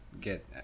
get